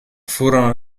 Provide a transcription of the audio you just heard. furono